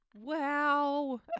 Wow